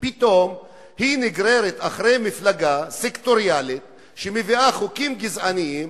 פתאום נגררת אחרי מפלגה סקטוריאלית שמביאה חוקים גזעניים,